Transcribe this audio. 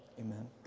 Amen